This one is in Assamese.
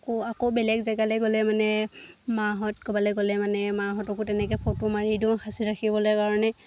আকৌ আকৌ বেলেগ জেগালৈ গ'লে মানে মাহঁত ক'ৰবালৈ গ'লে মানে মাহঁতকো তেনেকৈ ফটো মাৰি দিওঁ সাঁচি ৰাখিবলৈ কাৰণে